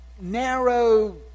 narrow